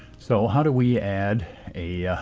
so how do we add a